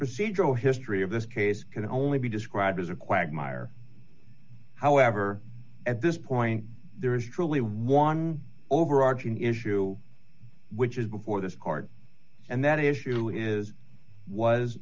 procedural history of this case can only be described as a quagmire however at this point there is truly one overarching issue which is before this court and that is surely is was